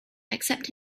except